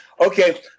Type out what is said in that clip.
Okay